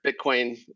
Bitcoin